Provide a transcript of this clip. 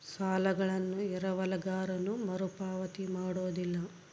ಸಾಲಗಳನ್ನು ಎರವಲುಗಾರನು ಮರುಪಾವತಿ ಮಾಡೋದಿಲ್ಲ